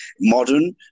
modern